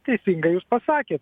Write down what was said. teisingai jūs pasakėt